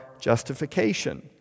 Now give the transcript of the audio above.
justification